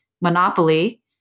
monopoly